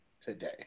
today